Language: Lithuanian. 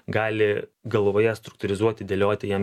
gali galvoje struktūrizuoti dėlioti jiem